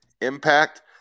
impact